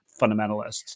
fundamentalists